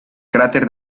cráter